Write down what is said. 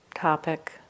topic